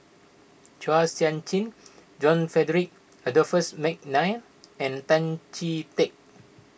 Chua Sian Chin John Frederick Adolphus McNair and Tan Chee Teck